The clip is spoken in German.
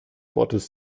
wortes